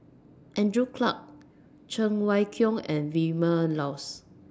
Andrew Clarke Cheng Wai Keung and Vilma Laus